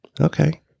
okay